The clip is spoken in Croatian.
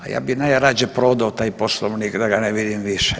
A ja bih najrađe prodao taj Poslovnik da ga ne vidim više.